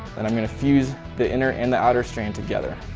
and i'm going to fuse the inner and the outer strand together